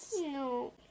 No